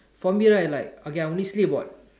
for me right like okay I only sleep about